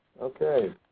Okay